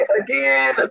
again